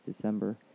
December